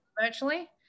virtually